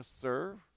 serve